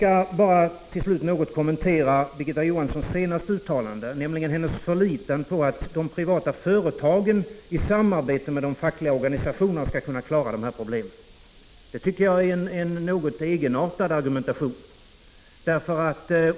Jag vill till slut något kommentera Birgitta Johanssons senaste uttalande, där man sade att hon förlitar sig på att de privata företagen i samarbete med de fackliga organisationerna skall kunna klara dessa problem. Det är en något egenartad argumentation.